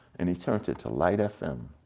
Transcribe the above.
and he turned it to light fm,